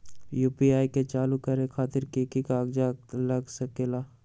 UPI के चालु करे खातीर कि की कागज़ात लग सकेला?